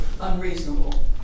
unreasonable